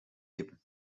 iepen